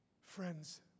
Friends